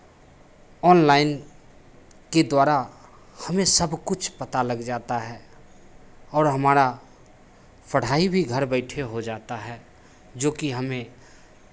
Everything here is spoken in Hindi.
ऑनलाइन के द्वारा हमें सब कुछ पता लग जाता है और हमारा पढ़ाई भी घर बैठे हो जाता है जोकि हमें